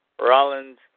Rollins